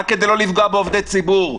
רק כדי לא לפגוע בעובדי ציבור.